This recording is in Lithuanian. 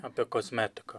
apie kosmetiką